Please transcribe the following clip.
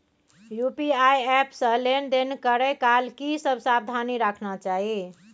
UPI app से लेन देन करै काल की सब सावधानी राखना चाही?